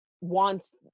wants